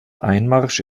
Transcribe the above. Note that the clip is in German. einmarsch